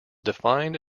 defined